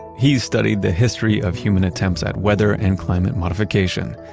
he's studied the history of human attempts at weather and climate modification.